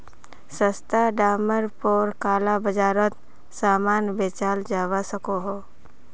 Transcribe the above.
सस्ता डामर पोर काला बाजारोत सामान बेचाल जवा सकोह